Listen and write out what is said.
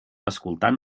escoltant